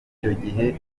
gihe